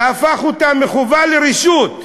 והפך אותה מחובה לרשות.